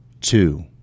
Two